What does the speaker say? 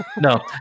No